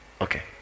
Okay